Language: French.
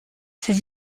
ces